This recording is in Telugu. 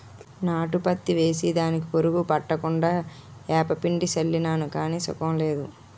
నాటు పత్తి ఏసి దానికి పురుగు పట్టకుండా ఏపపిండి సళ్ళినాను గాని సుకం లేదు